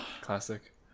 Classic